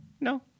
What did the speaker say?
no